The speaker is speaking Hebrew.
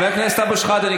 חבר הכנסת אבו שחאדה,